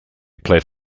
played